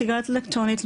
סיגריה אלקטרונית,